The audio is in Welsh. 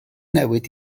newid